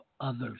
others